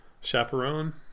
chaperone